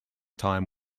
time